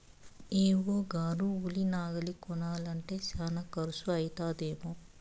AO గారు ఉలి నాగలి కొనాలంటే శానా కర్సు అయితదేమో